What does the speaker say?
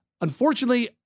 Unfortunately